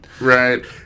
Right